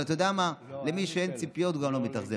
אבל אתה יודע מה, מי שאין לו ציפיות גם לא מתאכזב.